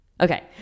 Okay